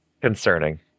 concerning